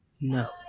no